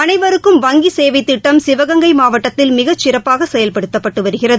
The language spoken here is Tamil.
அனைவருக்கும் வங்கி சேவை திட்டம் சிவகங்கை மாவட்டத்தில் மிகச் சிறப்பாக செயல்படுத்தப்பட்டு வருகிறது